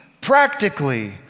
practically